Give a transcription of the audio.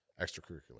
extracurricular